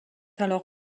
alors